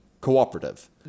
cooperative